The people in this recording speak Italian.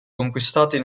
conquistati